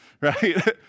Right